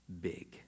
big